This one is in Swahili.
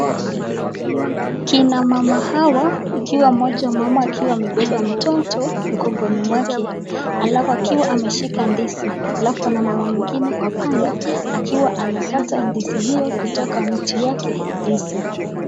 Kina mama hawa, ikiwa mmoja mama akiwa amebeba mtoto mgongoni mwake, alafu akiwa ameshika ndizi, alafu kuna mama mwingine kwa panga akiwa anakata ndizi hiyo kutoka mti yake ndizi.